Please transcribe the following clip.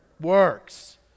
works